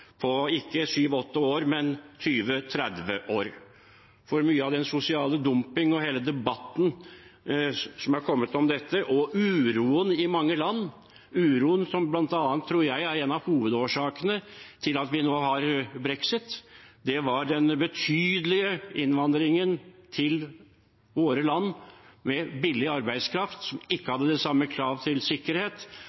ikke på 7–8 år, men på 20–30 år. Mye av den sosiale dumpingen og hele debatten som har kommet etter dette, og uroen i mange land, tror jeg bl.a. er en av hovedårsakene til at vi nå har brexit. Den betydelige innvandringen til våre land med billig arbeidskraft, som ikke